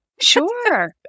sure